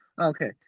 okay